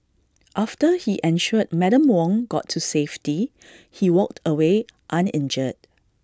after he ensured Madam Wong got to safety he walked away uninjured